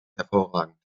hervorragend